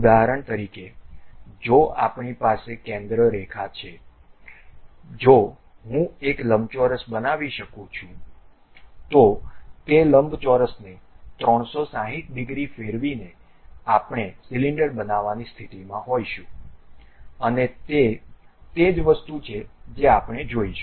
ઉદાહરણ તરીકે જો આપણી પાસે કેન્દ્ર રેખા છે જો હું એક લંબચોરસ બનાવી શકું છું તો તે લંબચોરસને 360 ડિગ્રી ફેરવીને પણ આપણે સિલિન્ડર બનાવવાની સ્થિતિમાં હોઈશું અને તે તે જ વસ્તુ છે જે આપણે જોઈશું